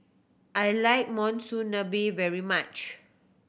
I like Monsunabe very much